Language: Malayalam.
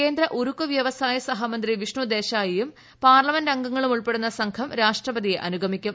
കേന്ദ്ര ഉരുക്കു വ്യവസായ സഹമന്ത്രി വിഷ്ണു ദേശായിയും പാർലമെന്റ് അംഗങ്ങളും ഉൾപ്പെടുന്ന സംഘവും രാഷ്ട്രപതിയെ അനുഗമിക്കും